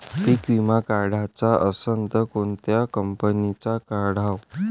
पीक विमा काढाचा असन त कोनत्या कंपनीचा काढाव?